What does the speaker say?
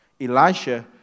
Elisha